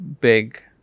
big